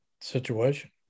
situation